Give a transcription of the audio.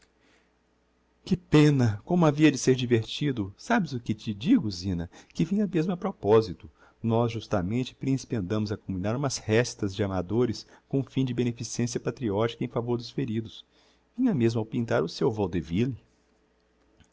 que pena como havia de ser divertido sabes o que te digo zina que vinha mesmo a proposito nós justamente principe andamos a combinar umas récitas de amadores com um fim de beneficencia patriotica em favor dos feridos vinha mesmo ao pintar o seu